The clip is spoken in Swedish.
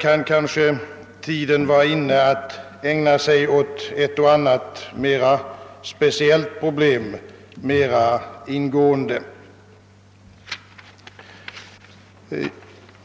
kan kanske tiden vara inne att ägna sig åt ett och annat mera speciellt problem mera ingående.